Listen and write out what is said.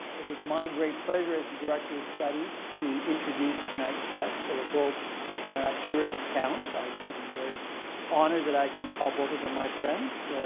it is my great pleasure director of studies to introduce tonight's guests. they are both terrific talents. i am very honored that i can call both of them my friends,